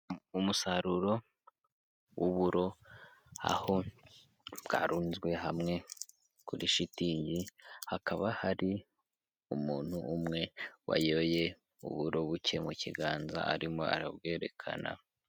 Umusaruro w'uburo, aho bwarunzwe hamwe kuri shitingi, hakaba hari umuntu umwe wayoye uburo buke mu kiganza arimo arabwerekana.